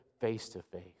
face-to-face